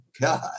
God